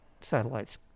satellites